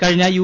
കഴിഞ്ഞ യു